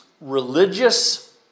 religious